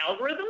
algorithms